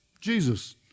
Jesus